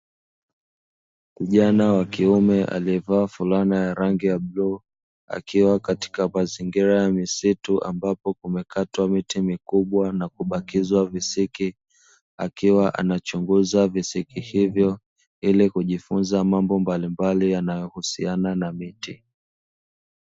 Kijana wa kiume aliyevaa fulana ya rangi ya bluu, akiwa katika mazingira ya misitu, ambapo kumekatwa miti mikubwa na kubakizwa visiki, akiwa anachunguza visiki hivyo ili kujifunza mambo mbalimbali yanayohusiana na miti.